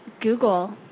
Google